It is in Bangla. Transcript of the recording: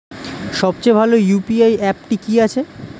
সবচেয়ে ভালো ইউ.পি.আই অ্যাপটি কি আছে?